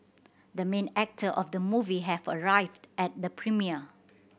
the main actor of the movie have arrived at the premiere